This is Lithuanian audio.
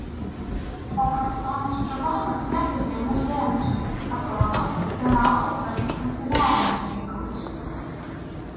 o kapitonas čabanas nekreipė į mus dėmesio atrodo pirmiausia tvarkė kanceliarinius reikalus